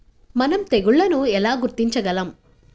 మనం తెగుళ్లను ఎలా గుర్తించగలం?